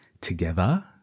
together